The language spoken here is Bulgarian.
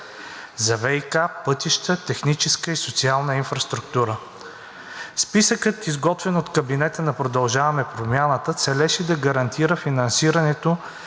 за ВиК, пътища, техническа и социална инфраструктура. Списъкът, изготвен от кабинета на „Продължаваме Промяната“, целеше да гарантира финансирането